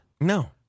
No